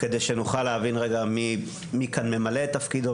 כדי שנוכל להבין רגע מי כאן ממלא את תפקידו,